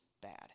bad